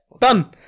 Done